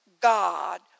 God